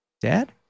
Dad